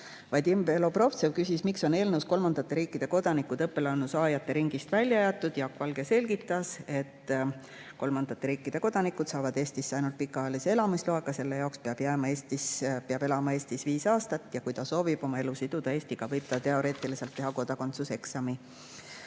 Vadim Belobrovtsev küsis, miks on eelnõus kolmandate riikide kodanikud õppelaenu saajate ringist välja jäetud. Jaak Valge selgitas, et kolmandate riikide kodanikud saavad Eestisse [jääda] ainult pikaajalise elamisloaga, selle jaoks peab elama Eestis viis aastat ja kui nad soovivad oma elu Eestiga siduda, võivad nad teoreetiliselt teha kodakondsuseksami.